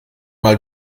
mal